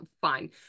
fine